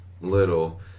little